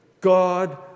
God